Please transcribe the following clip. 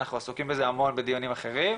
אנחנו עסוקים בזה המון בדיונים אחרים.